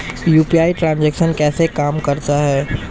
UPI transaction कैसे काम करता है?